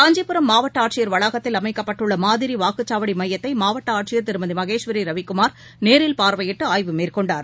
காஞ்சிபுரம் மாவட்டஆட்சியர் வளாகத்தில் அமைக்கப்பட்டுள்ளமாதிரிவாக்குச்சாவடிமையத்தைமாவட்டஆட்சியர் திருமதிமகேஸ்வரிரவிக்குமார் நேரில் பார்வையிட்டுஆய்வு மேற்கொண்டார்